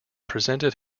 presented